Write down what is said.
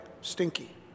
stinky